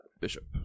Bishop